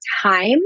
time